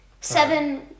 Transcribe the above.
Seven